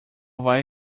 vai